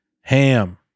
Ham